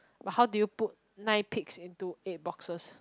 but how do you put nine pics into eight boxes